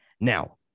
now